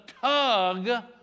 tug